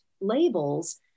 labels